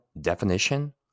Definition